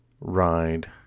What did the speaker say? ride